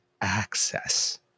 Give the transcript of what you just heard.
access